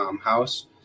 house